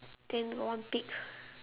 then got one pig